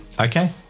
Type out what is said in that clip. Okay